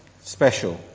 special